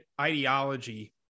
ideology